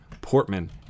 Portman